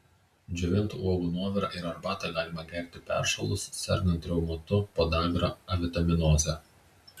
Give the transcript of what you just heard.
džiovintų uogų nuovirą ir arbatą galima gerti peršalus sergant reumatu podagra avitaminoze